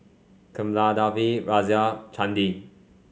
Kamaladevi Razia Chandi